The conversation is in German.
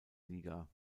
liga